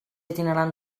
itinerant